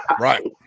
Right